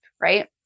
right